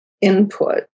input